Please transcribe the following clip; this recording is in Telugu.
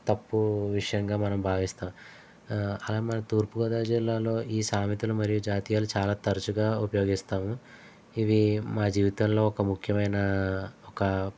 తప్పు విషయంగా మనం భావిస్తాం అలా మన తూర్పు గోదావరి జిల్లాలో ఈ సామెతలు మరియు జాతీయాలు చాలా తరచుగా ఉపయోగిస్తాము ఇవి మా జీవితంలో ఒక ముఖ్యమైన ఒక